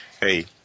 hey